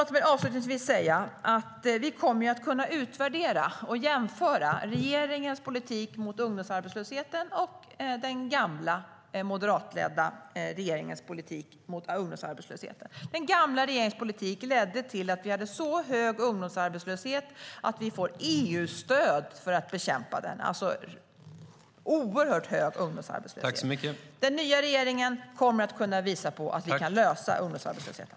Låt mig avslutningsvis säga att vi kommer att kunna utvärdera och jämföra regeringens politik mot ungdomsarbetslösheten och den tidigare moderatledda regeringens politik mot ungdomsarbetslösheten. Den tidigare regeringens politik ledde till att vi hade så hög ungdomsarbetslöshet att vi får EU-stöd för att bekämpa den. Det är alltså en oerhört hög ungdomsarbetslöshet. Den nya regeringen kommer att kunna visa på att vi kan lösa ungdomsarbetslösheten.